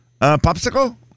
Popsicle